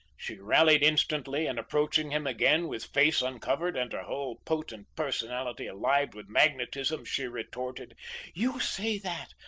she rallied instantly and approaching him again with face uncovered and her whole potent personality alive with magnetism, she retorted you say that,